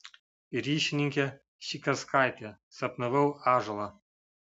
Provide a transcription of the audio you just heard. ryšininkė šikarskaitė sapnavau ąžuolą